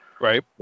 Right